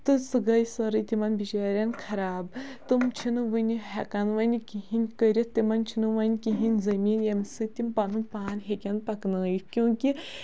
تہٕ سُہ گٔے سٲرٕے تِمن بِچارین خراب تِم چھِنہٕ وُنہِ ہیٚکان وۄنۍ کِہینۍ کٔرِتھ تِمن چھُنہٕ وۄنۍ کِہینۍ زٔمیٖن ییٚمہِ سۭتۍ تِم پَنُن پان ہیٚکن پَکنایِتھ کیوں کہِ